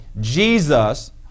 Jesus